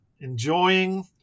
enjoying